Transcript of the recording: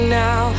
now